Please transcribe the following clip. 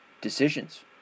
decisions